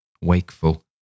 wakeful